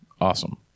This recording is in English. Awesome